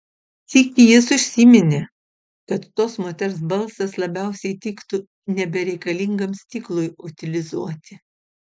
sykį jis užsiminė kad tos moters balsas labiausiai tiktų nebereikalingam stiklui utilizuoti